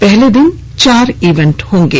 पहले दिन चार इवेंट होंगे